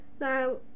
Now